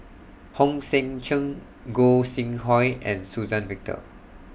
Hong Sek Chern Gog Sing Hooi and Suzann Victor